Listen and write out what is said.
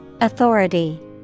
Authority